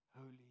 holy